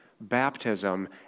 baptism